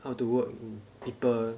how to work people